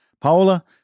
Paola